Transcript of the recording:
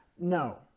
no